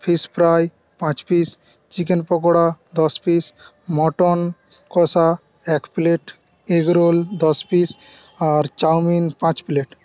fish fry পাঁচ piece chicken pakora দশ piece mutton কষা এক প্লেট এগরোল দশ পিস আর চাউমিন পাঁচ প্লেট